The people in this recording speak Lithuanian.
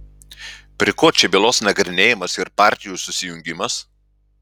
prie ko čia bylos nagrinėjimas ir partijų susijungimas